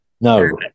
No